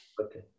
Okay